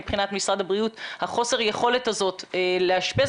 מבחינת משרד הבריאות יש חוסר יכולת לאשפז